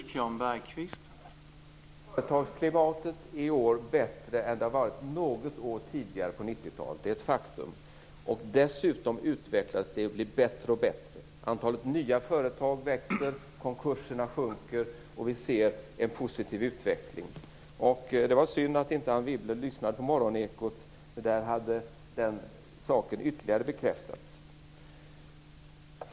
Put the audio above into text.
Herr talman! Företagsklimatet är i år bättre än det har varit något år tidigare på 1990-talet. Det är ett faktum. Dessutom utvecklas det och blir bättre och bättre. Antalet nya företag växer, konkurserna sjunker och vi ser en positiv utveckling. Det var synd att inte Anne Wibble lyssnade på Morgonekot. Där hade den saken ytterligare bekräftats.